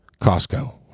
Costco